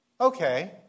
okay